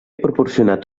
proporcionat